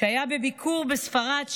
שהיה בביקור בספרד,